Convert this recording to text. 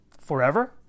Forever